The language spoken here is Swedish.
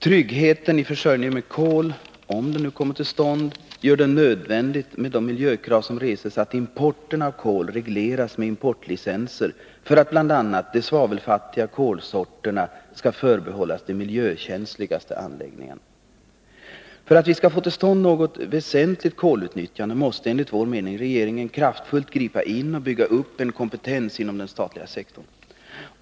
Om vi nu tryggar försörjningen med kol, blir det nödvändigt — med tanke på de miljökrav som reses — att reglera importen av kol med importlicenser, så att de svavelfattiga kolsorterna förbehålls de mest miljökänsliga anläggningarna. För att vi skall få till stånd något väsentligt kolutnyttjande måste, enligt vår mening, regeringen kraftfullt gripa in och bygga upp en kompetens inom den statliga sektorn.